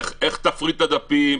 איך תפריד את הדפים,